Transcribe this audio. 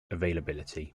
availability